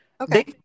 okay